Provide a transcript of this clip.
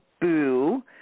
Boo